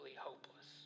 hopeless